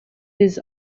his